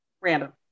random